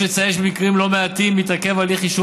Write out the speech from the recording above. יש לציין שבמקרים לא מעטים מתעכב הליך אישור